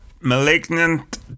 Malignant